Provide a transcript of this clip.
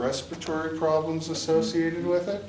respiratory problems associated with it